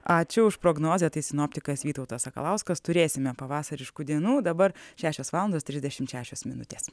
ačiū už prognozę tai sinoptikas vytautas sakalauskas turėsime pavasariškų dienų o dabar šešios valandos trisdešimt šešios minutės